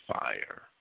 fire